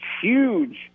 huge